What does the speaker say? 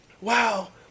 Wow